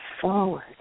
forward